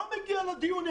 לא מגיע לדיונים.